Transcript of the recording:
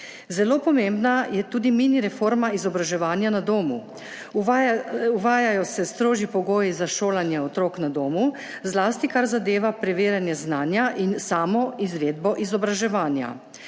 Zelo pomembna je tudi mini reforma izobraževanja na domu – uvajajo se strožji pogoji za šolanje otrok na domu, zlasti kar zadeva preverjanje znanja in samo izvedbo izobraževanja.